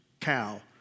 cow